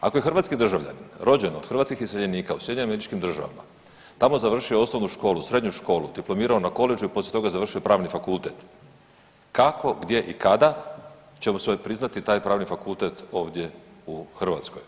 Ako je hrvatski državljanin rođen od hrvatskih iseljenika u SAD-u, tamo završio osnovnu školu, srednju školu, diplomirao na koledžu i poslije toga završio pravni fakultet, kako, gdje i kada će mu se priznati taj pravni fakultet ovdje u Hrvatskoj?